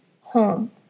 Home